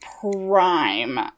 prime